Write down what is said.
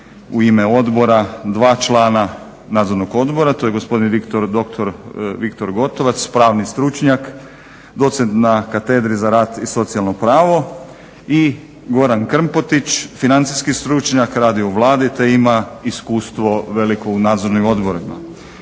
u ime Odbora dva člana Nadzornog odbora. To je gospodin dr. Viktor Gotovac, pravni stručnjak, docent na Katedri za rad i socijalno pravo. I Goran Krmpotić, financijski stručnjak. Radi u Vladi, te ima iskustvo veliko u nadzornim odborima.